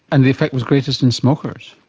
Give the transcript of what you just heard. and the effect was greatest in smokers?